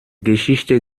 geschichte